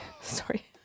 Sorry